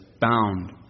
bound